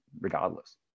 regardless